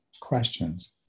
questions